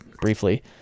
briefly